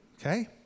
okay